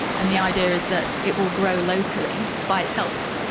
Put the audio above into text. and the idea is that it will grow locally by itself.